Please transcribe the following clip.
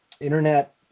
internet